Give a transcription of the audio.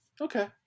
Okay